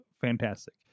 fantastic